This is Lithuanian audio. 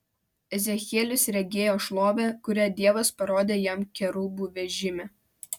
ezechielis regėjo šlovę kurią dievas parodė jam kerubų vežime